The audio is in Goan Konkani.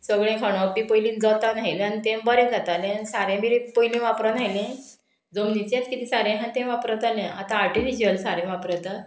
सगळें खणोवप बी पयलींच जाता न्हयलें आनी तें बरें जातालें आनी सारें बी पयलीं वापरना हायलें जमनीचेंच किदें सारें आहा तें वापरतालें आतां आर्टिफिशियल सारें वापरता